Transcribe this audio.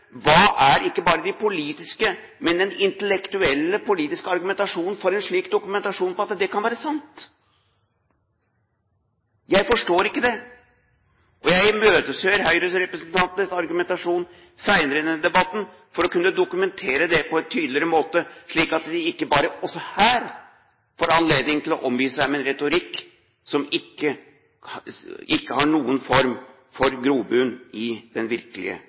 Hva er ikke bare den politiske, men den intellektuelle politiske argumentasjonen for en slik dokumentasjon på at det kan være sant? Jeg forstår ikke det. Jeg imøteser høyrerepresentantenes argumentasjon senere i denne debatten for å kunne dokumentere det på en tydeligere måte, slik at de ikke også her bare får anledning til å omgi seg med en retorikk som ikke har grobunn i den virkelige